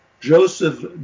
Joseph